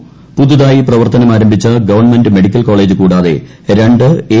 പ്പുതുതായി പ്രവർത്തന മാരംഭിച്ച government medical college കൂടാതെ രണ്ട് എ